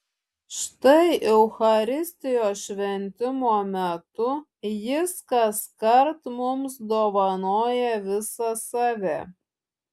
štai eucharistijos šventimo metu jis kaskart mums dovanoja visą save